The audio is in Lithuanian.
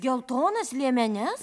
geltonas liemenes